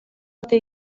ote